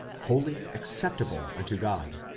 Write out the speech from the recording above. holy, acceptable unto god,